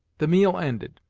the meal ended,